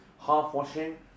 half-washing